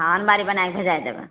हँ अनमारी बनाएके भेजाए देबै